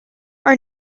our